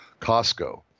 Costco